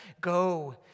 go